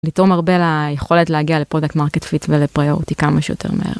לתרום הרבה ליכולת להגיע לפרודקט מרקט פיט ולפריוריטי כמה שיותר מהר.